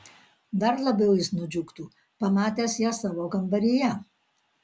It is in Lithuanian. dar labiau jis nudžiugtų pamatęs ją savo kambaryje